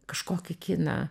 kažkokį kiną